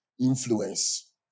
influence